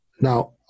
Now